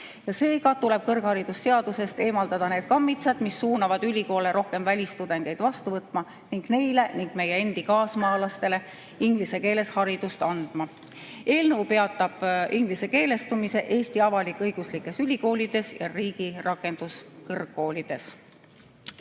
Seega tuleb kõrgharidusseadusest eemaldada need kammitsad, mis suunavad ülikoole rohkem välistudengeid vastu võtma ning neile ja meie endi kaasmaalastele inglise keeles haridust andma. Eelnõu peatab ingliskeelestumise Eesti avalik-õiguslikes ülikoolides ja riigi rakenduskõrgkoolides.